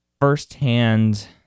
firsthand